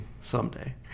Someday